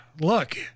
look